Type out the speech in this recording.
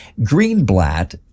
Greenblatt